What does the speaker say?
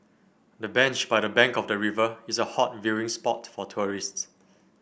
the bench by the bank of the river is a hot viewing spot for tourists